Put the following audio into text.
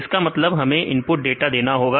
इसका मतलब हमें इनपुट डाटा देना होगा